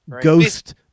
ghost